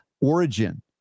Origin